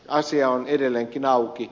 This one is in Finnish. asia on edelleenkin auki